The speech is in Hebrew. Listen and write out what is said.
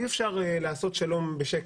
אי אפשר לעשות שלום בשקר.